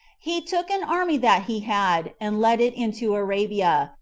he took an army that he had, and let it into arabia,